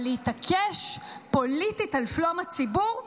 אבל להתעקש פוליטית על שלום הציבור אסור.